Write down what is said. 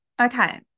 Okay